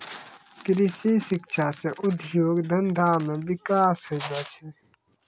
कृषि शिक्षा से उद्योग धंधा मे बिकास होलो छै